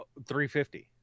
350